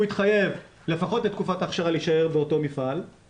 הוא יתחייב לפחות את תקופת ההכשרה להישאר באותו עסק,